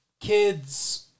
kids